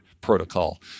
protocol